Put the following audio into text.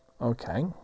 Okay